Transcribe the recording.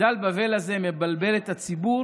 מגדל בבל הזה מבלבל את הציבור,